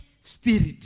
spirit